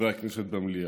חברי הכנסת במליאה,